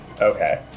Okay